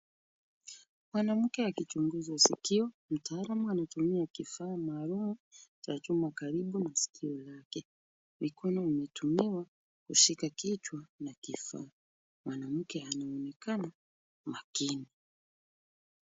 Mwanamke akichunguzwa sikio, mtaalam anatumia kifaa maalum cha chuma karibu na siko lake .Mikono unatumiwa kushika kichwa na kifaa. Mwanamke anaonekana makini.